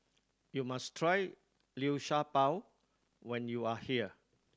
you must try Liu Sha Bao when you are here